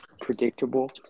predictable